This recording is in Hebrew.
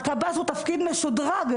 הקב"ס הוא תפקיד משודרג,